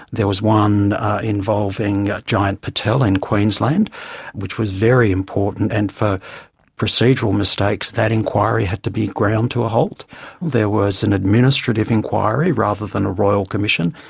there was one involving jayant patel in queensland which was very important, and for procedural mistakes that inquiry had to be ground to a halt there was an administrative inquiry rather than a royal commission,